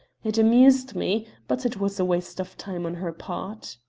it amused me, but it was a waste of time on her part.